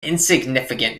insignificant